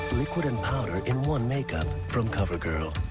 liquid and powder in one make-up. from covergirl.